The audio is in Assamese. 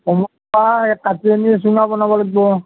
কাটি আনি চুঙা বনাব লাগবো